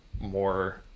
more